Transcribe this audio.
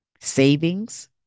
savings